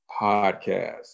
podcast